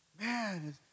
Man